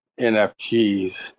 NFTs